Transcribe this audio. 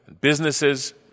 businesses